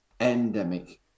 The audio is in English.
endemic